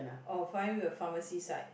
oh find you a pharmacy side